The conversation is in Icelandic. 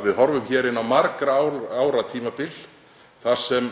að við horfum fram á margra ára tímabil þar sem